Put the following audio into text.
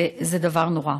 וזה דבר נורא.